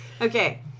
Okay